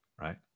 Right